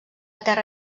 terra